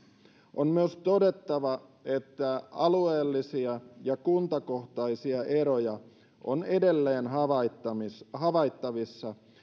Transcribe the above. on myös todettava että alueellisia ja kuntakohtaisia eroja on edelleen havaittavissa havaittavissa